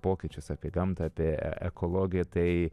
pokyčius apie gamtą apie ekologiją tai